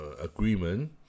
agreement